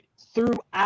throughout